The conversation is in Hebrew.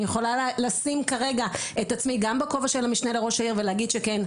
אני יכולה לשים כרגע את עצמי גם בכובע של המשנה לראש העיר ולהגיד שכן,